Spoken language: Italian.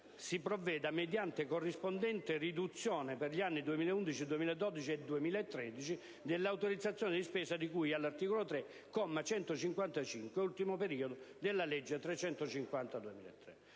si provveda «mediante corrispondente riduzione, per gli anni 2011, 2012 e 2013, dell'autorizzazione di spesa di cui all'articolo 3, comma 155, ultimo periodo, della legge 24